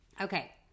Okay